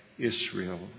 Israel